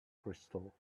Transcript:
crystal